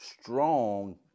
strong